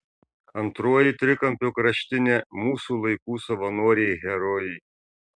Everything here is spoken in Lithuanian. antroji trikampio kraštinė mūsų laikų savanoriai herojai